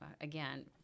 again